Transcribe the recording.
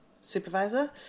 supervisor